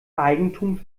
eigentum